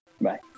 Bye